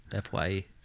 fye